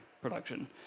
production